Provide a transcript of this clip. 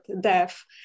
deaf